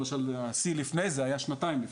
למשל, השיא לפני זה היה שנתיים לפני,